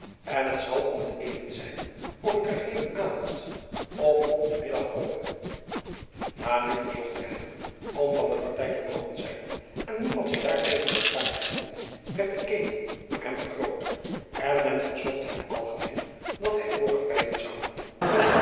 en het zal om het even zijn of ik er heden avond of op den middag kome a nu verzocht te hebben om van de partij te mogen zijn en niemand zich daar tegen verklaard hebbende werd de keten door hem vergroot en men verzocht hem algemeen dat hij vooraf rijden zou